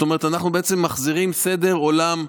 אנחנו מחזירים סדרי עולם,